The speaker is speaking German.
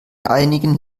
einigen